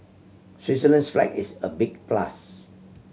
Switzerland's flag is a big plus